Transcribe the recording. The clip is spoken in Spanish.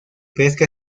pesca